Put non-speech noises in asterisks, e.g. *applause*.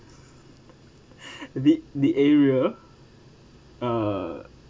*laughs* a bit the area uh